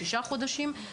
שישה חודשים,